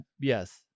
yes